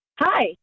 Hi